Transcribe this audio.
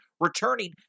returning